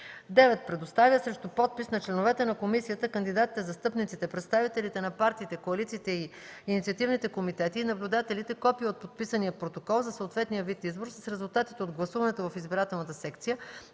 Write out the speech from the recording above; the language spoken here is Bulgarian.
9. предоставя срещу подпис на членовете на комисията, кандидатите, застъпниците, представителите на партиите, коалициите и инициативните комитети и наблюдателите копие от подписания протокол за съответния вид избор с резултатите от гласуването в избирателната секция,